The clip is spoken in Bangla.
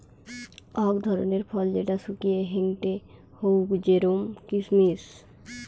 অক ধরণের ফল যেটা শুকিয়ে হেংটেং হউক জেরোম কিসমিস